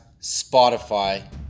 Spotify